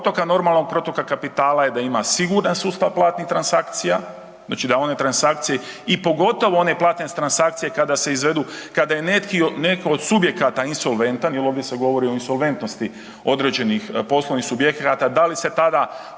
normalnog, protoka kapitala je da ima siguran sustav platnih transakcija, znači da one transakcije, i pogotovo one platne transakcije kada se izvedu, kada je netko od subjekata insolventan jer ovdje se govori o insolventnosti određenih poslovnih subjekata, da li se tada